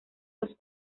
los